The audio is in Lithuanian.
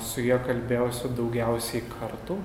su ja kalbėjosi daugiausiai kartų